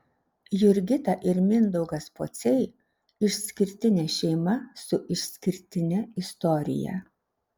jurgita ir mindaugas pociai išskirtinė šeima su išskirtine istorija